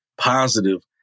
Positive